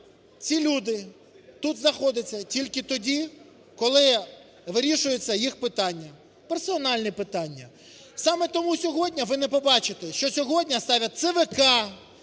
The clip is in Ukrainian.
ці люди тут знаходяться тільки тоді, коли вирішується їх питання, персональні питання. Саме тому сьогодні ви не побачите, що сьогодні ставлять ЦВК,